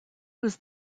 was